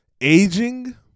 aging